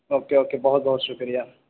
okay okay بہت بہت شکریہ